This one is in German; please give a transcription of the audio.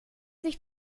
nicht